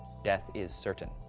death is certain.